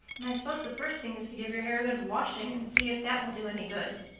i suppose the first thing is to give your hair a good washing and see if that will do any good.